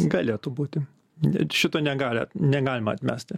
galėtų būti net šito negalia negalima atmesti